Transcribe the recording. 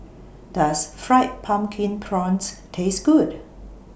Does Fried Pumpkin Prawns Taste Good